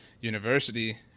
University